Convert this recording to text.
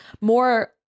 more